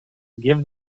give